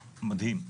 מדהים,